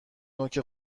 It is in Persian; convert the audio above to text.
نوک